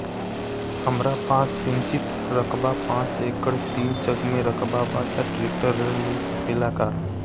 हमरा पास सिंचित रकबा पांच एकड़ तीन चक में रकबा बा त ट्रेक्टर ऋण मिल सकेला का?